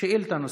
שאילתה נוספת.